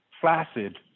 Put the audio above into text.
flaccid